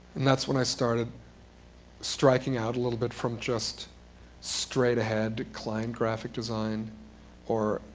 and that's when i started striking out a little bit from just straight ahead decline graphic design or,